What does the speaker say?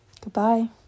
Goodbye